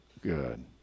Good